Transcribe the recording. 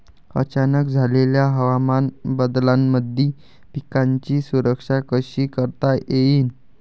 अचानक झालेल्या हवामान बदलामंदी पिकाची सुरक्षा कशी करता येईन?